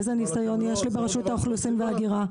איזה ניסיון יש לי ברשות האוכלוסין וההגירה?